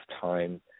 time